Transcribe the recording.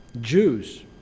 Jews